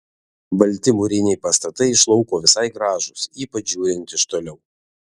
balti mūriniai pastatai iš lauko visai gražūs ypač žiūrint iš toliau